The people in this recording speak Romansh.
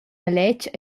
maletg